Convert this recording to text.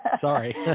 Sorry